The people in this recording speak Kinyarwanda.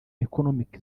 economic